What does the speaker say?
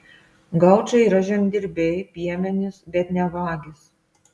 gaučai yra žemdirbiai piemenys bet ne vagys